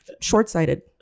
short-sighted